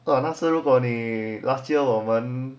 如果你 last year 我们